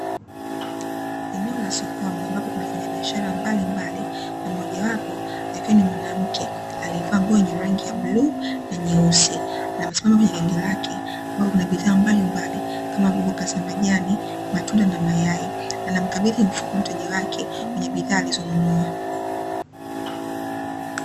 Eneo la sokoni, ambapo kuna wafanyabiashara mbalimbali na mmoja wapo akiwa ni mwanamke, aliyevaa nguo yenye rangi ya bluu na nyeusi na amesimama kwenye genge lake, ambapo kuna biashara mbalimbali kama vile: mboga za majani, matunda na mayai, anamkabidhi mfuko mteja wake, wenye bidhaa alizonunua.